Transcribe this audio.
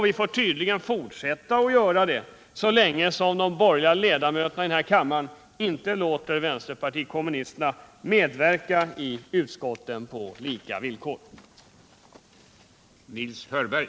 Vi får tydligen fortsätta att göra på detta sätt så länge de borgerliga ledamöterna — Den ekonomiska i riksdagen inte låter vpk medverka i utskotten på lika villkor. politiken m.m.